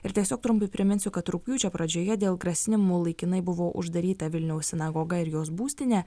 ir tiesiog trumpai priminsiu kad rugpjūčio pradžioje dėl grasinimų laikinai buvo uždaryta vilniaus sinagoga ir jos būstinė